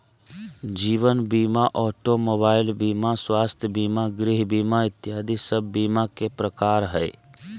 जीवन बीमा, automobile बीमा, स्वास्थ्य बीमा, गृह बीमा इत्यादि सब बीमा के प्रकार हय